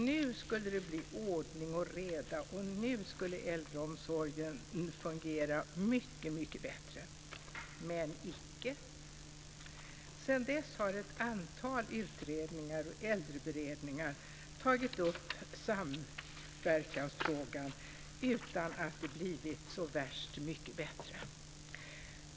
Nu skulle det bli ordning och reda, och nu skulle äldreomsorgen fungera mycket bättre - men icke! Sedan dess har ett antal utredningar och äldreberedningar tagit upp samverkansfrågan utan att det blivit så värst mycket bättre.